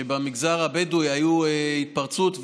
כשבמגזר הבדואי הייתה התפרצות,